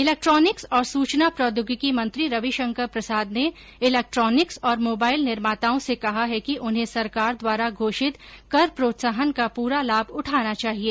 electronics और सूचना प्रौद्योगिकी मंत्री रविशंकर प्रसाद ने इलेक्ट्रॉनिक्स और मोबाइल निर्माताओं से कहा है कि उन्हें सरकार द्वारा घोषित कर प्रोत्साहन का पूरा लाभ उठाना चाहिए